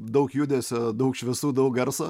daug judesio daug šviesų daug garso